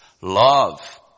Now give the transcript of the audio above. love